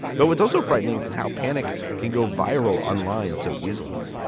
though it's also frightening is how panic can go viral online so easily.